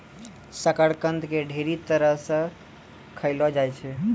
शकरकंद के ढेरी तरह से खयलो जाय छै